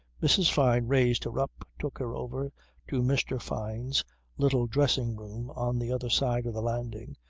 mrs. fyne raised her up, took her over to mr. fyne's little dressing-room on the other side of the landing,